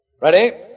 Ready